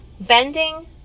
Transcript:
bending